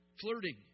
Flirting